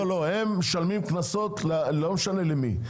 הם משלמים קנסות לא משנה למי.